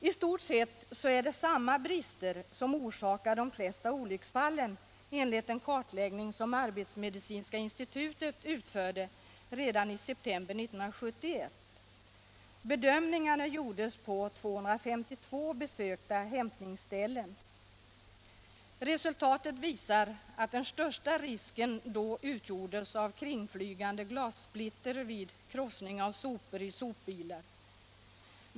I stort sett är det samma brister som orsakar de flesta olycksfallen, enligt den kartläggning som arbetsmedicinska institutet utförde redan i september 1971. Bedömningarna gjordes på 252 besökta hämtningsställen. Resultatet visar att den största risken då utgjordes av kringflygande glassplitter vid krossning av sopor i sopbilar.